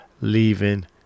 leaving